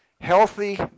healthy